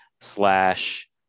slash